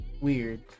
weird